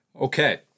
Okay